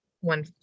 one